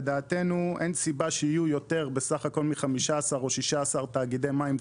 לדעתנו אין סיבה שיהיו יותר בסך הכל מ-15 או 16 תאגידי מים כוללים,